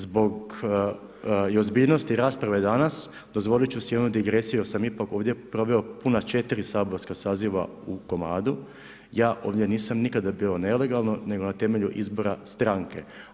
Zbog ozbiljnosti rasprave danas, dozvolit ću si onu digresiju jer sam ipak ovdje proveo puna 4 saborska saziva u komadu, ja ovdje nisam nikada bio nelegalno nego na temelju izbora stranke.